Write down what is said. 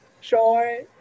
Sure